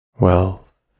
wealth